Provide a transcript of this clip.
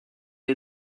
est